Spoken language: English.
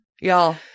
Y'all